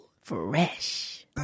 Fresh